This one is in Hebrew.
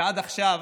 שעד עכשיו